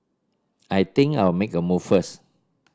I think I'll make a move first